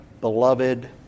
beloved